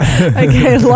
Okay